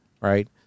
right